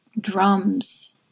drums